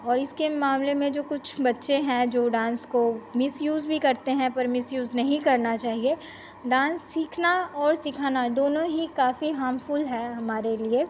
और इसके मामले में जो कुछ बच्चे हैं जो डान्स को मिसयूज़ भी करते हैं पर मिसयूज़ नहीं करना चाहिए डान्स सीखना और सिखाना दोनों ही काफ़ी हार्मफ़ुल है हमारे लिए